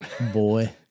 boy